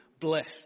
blessed